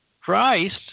Christ